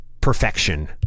perfection